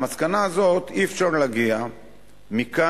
למסקנה הזאת אי-אפשר להגיע מכאן,